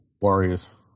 Warriors